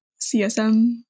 CSM